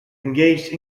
engaged